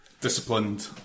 disciplined